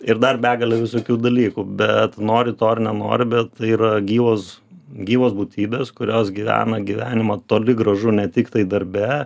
ir dar begalę visokių dalykų bet nori to ar nenori bet yra gyvos gyvos būtybės kurios gyvena gyvenimą toli gražu ne tiktai darbe